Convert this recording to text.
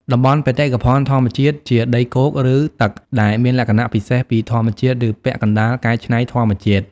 តំបន់បេតិកភណ្ឌធម្មជាតិ ជាដីគោក ឬទឹកដែលមានលក្ខណៈពិសេសពីធម្មជាតិ ឬពាក់កណ្តាលកែច្នៃធម្មជាតិ។